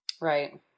Right